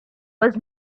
was